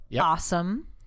awesome